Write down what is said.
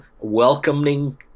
welcoming